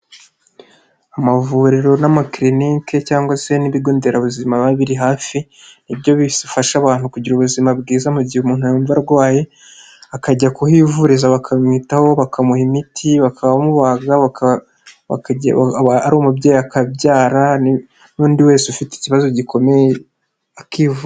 Amavuriro n'amakilinike cyangwa se n'ibigo nderabuzima biba biri hafi, nibyo bifasha abantu kugira ubuzima bwiza mu gihe umuntu yumva arwaye akajya kuhivuriza bakamwitaho bakamuha imiti, bakamubaga bakagira ari umubyeyi akabyara n'undi wese ufite ikibazo gikomeye akivu...